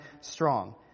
strong